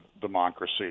democracy